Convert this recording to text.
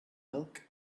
milk